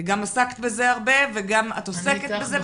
גם עסקת בזה הרבה וגם את עוסקת בזה.